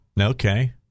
Okay